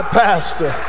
pastor